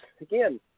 again